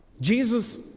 Jesus